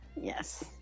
Yes